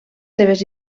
seves